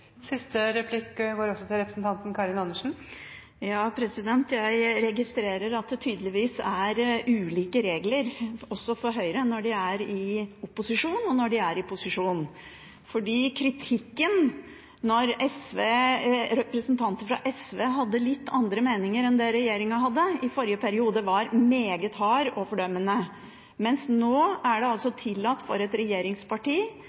Jeg registrerer at det tydeligvis er ulike regler, også for Høyre, når de er i opposisjon og når de er i posisjon, for kritikken da representanter fra SV hadde litt andre meninger enn det regjeringen hadde i forrige periode, var meget hard og fordømmende. Mens nå er det